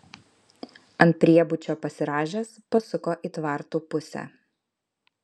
ant priebučio pasirąžęs pasuko į tvartų pusę